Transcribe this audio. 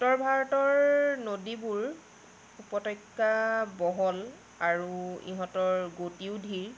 উত্তৰ ভাৰতৰ নদীবোৰ উপত্যকা বহল আৰু ইহঁতৰ গতিও ধীৰ